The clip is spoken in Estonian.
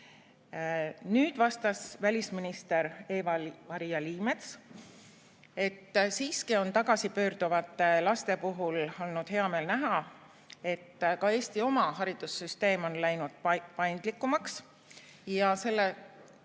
Nüüd vastas välisminister Eva-Maria Liimets, et siiski on tagasipöörduvate laste puhul olnud hea meel näha, et ka Eesti oma haridussüsteem on läinud paindlikumaks. Selle